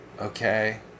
Okay